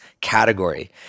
category